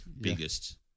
biggest